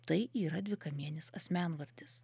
tai yra dvikamienis asmenvardis